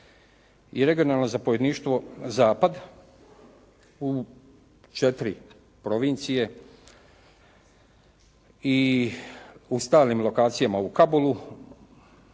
i regionalno zapovjedništvo zapad u četiri provincije i u stalnim lokacijama u Kabulu,